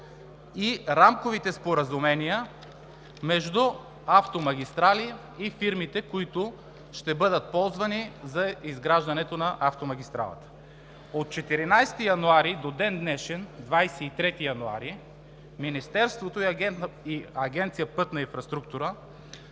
и рамковите споразумения между „Автомагистрали“ и фирмите, които ще бъдат ползвани за изграждането на автомагистралата. От 14 януари до ден-днешен – 23 януари, Министерството и Агенция „Пътна инфраструктура“